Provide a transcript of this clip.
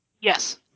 Yes